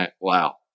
Wow